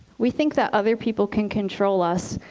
we think that other people can control us,